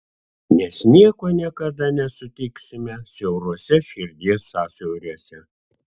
nes nieko niekada nesutiksime siauruose širdies sąsiauriuose